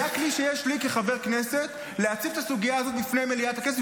זה הכלי שיש לי כחבר כנסת כדי להציב את הסוגיה הזאת בפני מליאת הכנסת,